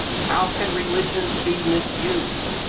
how can religions be misused?